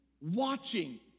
watching